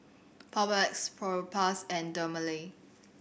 Papulex Propass and Dermale